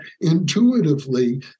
intuitively